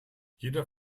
jeder